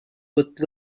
but